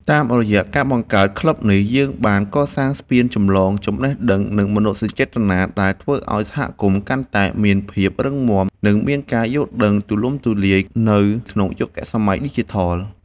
តាមរយៈការបង្កើតក្លឹបនេះ យើងបានកសាងស្ពានចម្លងចំណេះដឹង និងមនោសញ្ចេតនា ដែលធ្វើឱ្យសហគមន៍កាន់តែមានភាពរឹងមាំ និងមានការយល់ដឹងទូលំទូលាយ នៅក្នុងយុគសម័យឌីជីថល។